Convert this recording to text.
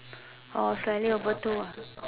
orh slightly over two ah